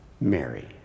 Mary